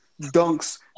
dunks